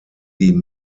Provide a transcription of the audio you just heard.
die